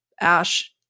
Ash